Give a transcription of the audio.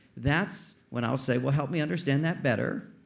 that's when i'll say, well help me understand that better.